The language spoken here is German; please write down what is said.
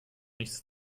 nichts